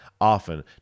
often